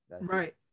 Right